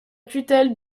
tutelle